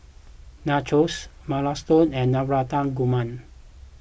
Nachos Minestrone and Navratan Korma